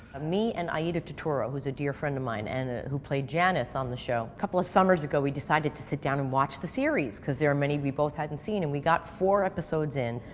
ah me and aida turturro, who's a dear friend of mine, and who played janice on the show a couple of summers ago, we decided to sit down and watch the series, because there are many we both hadn't seen. and we got four episodes in,